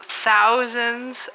Thousands